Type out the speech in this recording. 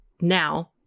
now